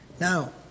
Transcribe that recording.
now